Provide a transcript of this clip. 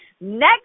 next